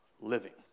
living